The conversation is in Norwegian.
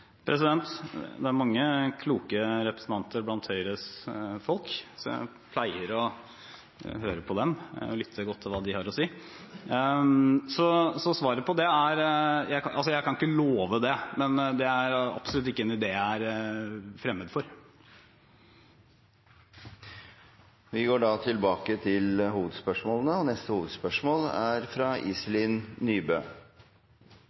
Det er mange kloke representanter blant Høyres folk, så jeg pleier å høre på dem og lytte godt til hva de har å si. Svaret på det er at jeg ikke kan love det, men det er absolutt en idé jeg ikke er fremmed for. Da går vi til neste hovedspørsmål. Mitt spørsmål går til